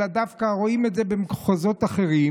אלא דווקא רואים את זה במחוזות אחרים,